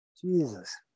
Jesus